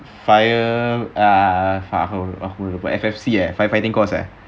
fire ah F_F_C eh firefighting course eh